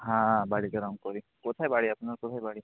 হ্যাঁ বাড়িতে রঙ করি কোথায় বাড়ি আপনার কোথায় বাড়ি